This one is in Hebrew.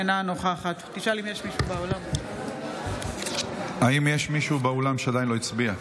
אינה נוכחת האם יש מישהו באולם שעדיין לא הצביע?